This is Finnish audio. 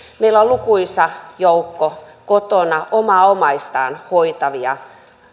meillä on lukuisa joukko kotona omaa omaistaan hoitavia